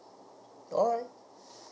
alright